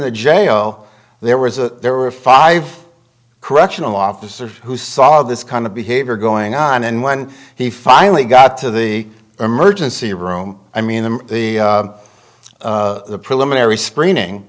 the j o there was a there were five correctional officers who saw this kind of behavior going on and when he finally got to the emergency room i mean them the preliminary screening